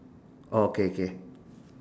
oh K K